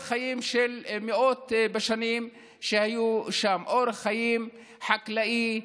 חיים של מאות בשנים שהיה שם: אורח חיים חקלאי,